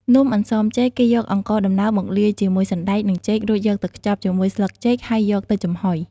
នំអន្សមចេក គេយកអង្ករដំណើបមកលាយជាមួយសណ្ដែក និងចេក រួចយកទៅខ្ចប់ជាមួយស្លឹកចេកហើយយកទៅចំហុយ។